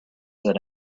that